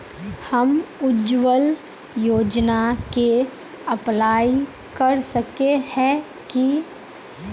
हम उज्वल योजना के अप्लाई कर सके है की?